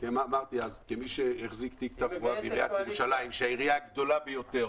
כמי שהחזיק את תיק התברואה בעיריית ירושלים שהעירייה הגדולה ביותר